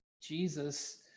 jesus